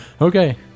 Okay